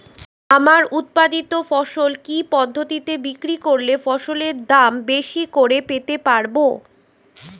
আমার উৎপাদিত ফসল কি পদ্ধতিতে বিক্রি করলে ফসলের দাম বেশি করে পেতে পারবো?